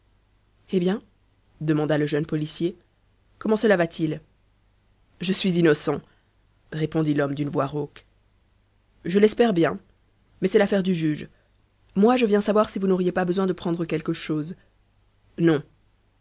eh bien demanda le jeune policier comment cela va-t-il je suis innocent répondit l'homme d'une voix rauque je l'espère bien mais c'est l'affaire du juge moi je viens savoir si vous n'auriez pas besoin de prendre quelque chose non